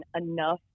enough